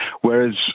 whereas